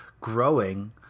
growing